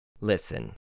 Listen